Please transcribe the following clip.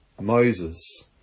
Moses